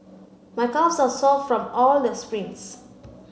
my calves are sore from all the sprints